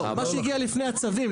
לא מה שהגיע לפני הצווים,